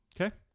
Okay